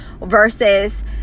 versus